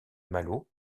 malo